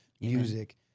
music